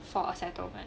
for a settlement